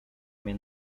mnie